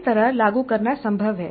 इस तरह लागू करना संभव है